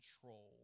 control